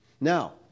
Now